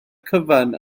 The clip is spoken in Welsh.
cyfan